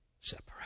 separate